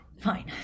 fine